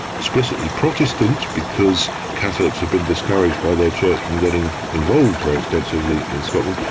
especially protestant because catholics have been discouraged by their church from getting involved very extensively in scotland,